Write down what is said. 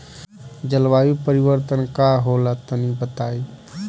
जलवायु परिवर्तन का होला तनी बताई?